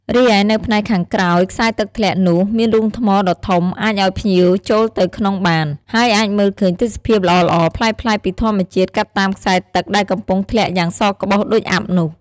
រីឯនៅផ្នែកខាងក្រោយខ្សែទឹកធ្លាក់នោះមានរូងថ្មដ៏ធំអាចឱ្យភ្ញៀវចូលទៅក្នុងបាន ហើយអាចមើលឃើញទេសភាពល្អៗប្លែកៗពីធម្មជាតិកាត់តាមខ្សែទឹកដែលកំពុងធ្លាក់យ៉ាងសក្បុសដូចអ័ព្ទនោះ ។